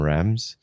Rams